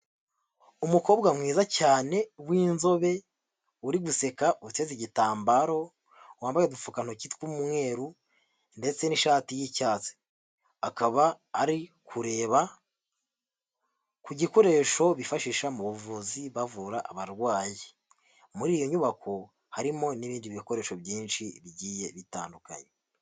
Umukobwa mwiza cyane w'inzobe uri guseka uteze igitambaro wambaye udupfukantoki tw'umweru ndetse n'ishati y'icyatsi akaba ari kureba ku gikoresho bifashisha mu buvuzi bavura abarwayi, muri iyo nyubako harimo n'ibindi bikoresho byinshi bigiye bitandukanye.